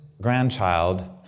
grandchild